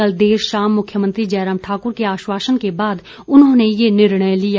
कल देर शाम मुख्यमंत्री जयराम ठाकर के आश्वासन के बाद उन्होंने ये निर्णय लिया